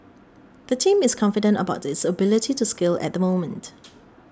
the team is confident about its ability to scale at moment